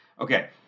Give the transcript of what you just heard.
Okay